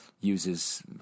uses